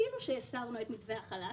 אפילו שהסרנו את מתווה החל"ת,